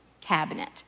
cabinet